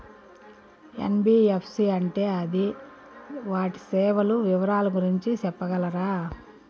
NBFC అంటే అది వాటి సేవలు వివరాలు గురించి సెప్పగలరా?